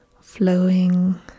flowing